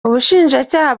ubushinjacyaha